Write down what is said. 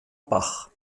bach